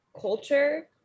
culture